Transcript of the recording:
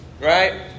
Right